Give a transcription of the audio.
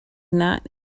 not